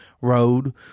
road